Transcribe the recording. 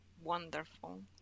wonderful